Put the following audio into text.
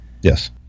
Yes